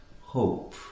hope